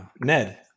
Ned